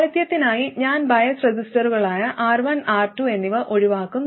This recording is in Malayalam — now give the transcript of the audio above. ലാളിത്യത്തിനായി ഞാൻ ബയാസ് റെസിസ്റ്ററുകളായ R1 R2 എന്നിവ ഒഴിവാക്കും